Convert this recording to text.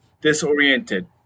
disoriented